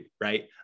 Right